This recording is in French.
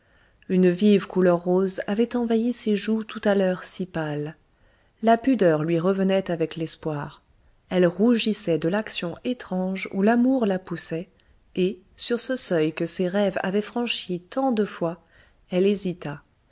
une vive couleur rose avait envahi ses joues tout à l'heure si pâles la pudeur lui revenait avec l'espoir elle rougissait de l'action étrange où l'amour la poussait et sur ce seuil que ses rêves avaient franchi tant de fois elle hésita